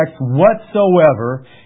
whatsoever